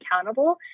accountable